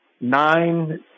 nine